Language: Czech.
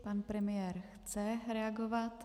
Pan premiér chce reagovat.